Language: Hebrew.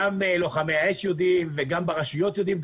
גם לוחמי האש יודעים וגם ברשויות יודעים.